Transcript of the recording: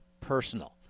personal